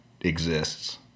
exists